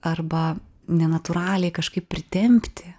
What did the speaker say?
arba nenatūraliai kažkaip pritempti